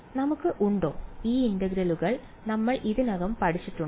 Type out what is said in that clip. നമുക്ക് ഉണ്ടോ ഈ ഇന്റഗ്രലുകൾ വിലയിരുത്താൻ സഹായിക്കുന്ന എന്തെങ്കിലും നമ്മൾ ഇതിനകം പഠിച്ചിട്ടുണ്ടോ